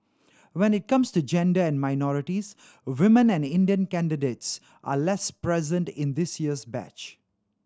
when it comes to gender and minorities women and Indian candidates are less present in this year's batch